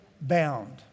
bound